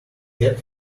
kept